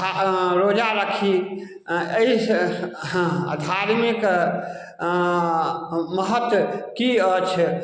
अँ रोजा राखी एहिसँ हँ धार्मिक अँ महत्व कि अछि